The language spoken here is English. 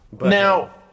Now